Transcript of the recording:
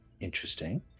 Interesting